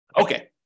Okay